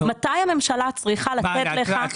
מתי הממשלה צריכה לתת לך דין וחשבון?